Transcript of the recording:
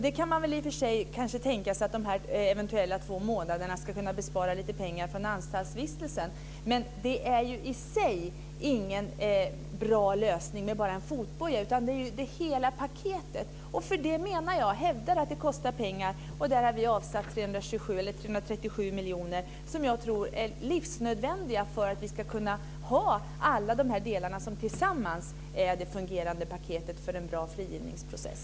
Det kan kanske tänkas att de eventuella två månaderna skulle innebära att man sparar lite pengar från anstaltsvistelsen, men fotbojan är i sig ingen bra lösning, utan det handlar om hela paketet. Det hävdar jag kostar pengar. Där har vi avsatt 337 miljoner som jag tror är livsnödvändiga för att vi ska kunna ha alla de delar som tillsammans utgör det fungerande paketet för en bra frigivningsprocess.